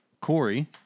Corey